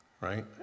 right